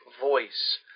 voice